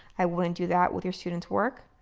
i wouldn't do that with your students' work.